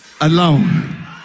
alone